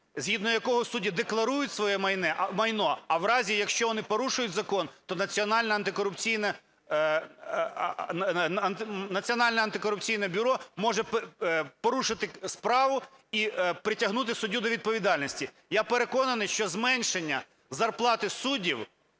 згідно якого судді декларують своє майно, а в разі, якщо вони порушують закон, то Національне антикорупційне бюро може порушити справу і притягнути суддю до відповідальності. Я переконаний, що зменшення зарплати суддів